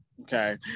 okay